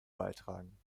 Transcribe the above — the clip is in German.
beitragen